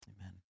amen